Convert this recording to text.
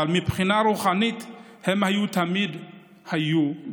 אבל מבחינה רוחנית הם היו תמיד בירוסלם.